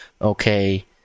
okay